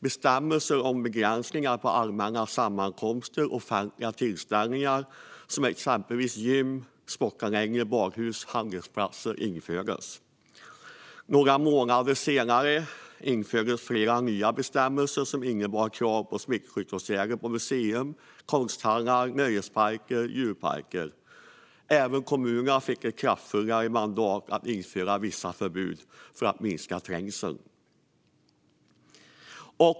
Bestämmelser om begränsningar på allmänna sammankomster och offentliga tillställningar, exempelvis gym, sportanläggningar, badhus och handelsplatser, infördes. Några månader senare infördes fler nya bestämmelser som innebar krav på smittskyddsåtgärder på museer, konsthallar, nöjesparker och djurparker. Även kommunerna fick ett kraftfullare mandat att införa vissa förbud för att minska trängseln.